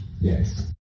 Yes